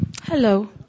Hello